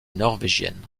norvégienne